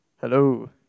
Hello